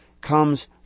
comes